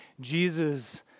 Jesus